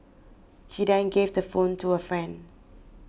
he then gave the phone to a friend